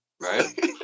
Right